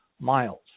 miles